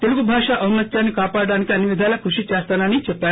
తెలుగు భాష ఔన్నత్యాన్ని కాపాడడానికి అన్నివిధాలా కృషి చేస్తానని చెప్పారు